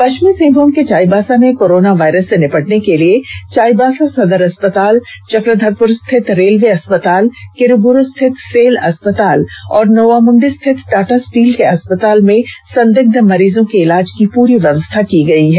पश्चिमी सिंहभूम के चाईबासा में कोरोना वायरस से निपटने के लिए चाईबासा सदर अस्पताल चक्रधरपुर स्थित रेलवे अस्पताल किरीबुरू स्थित सेल अस्पताल और नोवामुंडी स्थित टाटा स्टील के अस्पताल में संदिग्ध मरीजों के इलाज की पूरी व्यवस्था की गई है